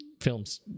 films